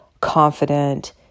confident